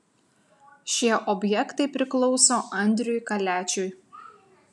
šie objektai priklauso andriui kaliačiui